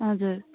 हजुर